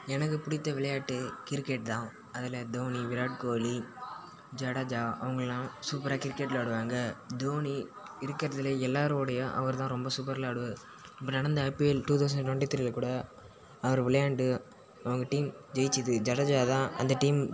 எனக்கு பிடித்த விளையாட்டு கிரிக்கெட் தான் அதில் தோனி விராட் கோலி ஜடேஜா அவங்கள்லாம் சூப்பராக கிரிக்கெட் விளையாடுவாங்க தோனி இருக்கறதிலேயே எல்லாரோடையும் அவர்தான் ரொம்ப சூப்பர் விளையாடுவார் இப்போ நடந்த ஐபிஎல் டூ தௌசண்ட் டுவெண்ட்டி த்ரீயில் கூட அவர் விளையாண்டு அவங்க டீம் ஜெயித்தது ஜடேஜாதான் அந்த டீம்